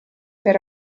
per